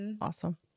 awesome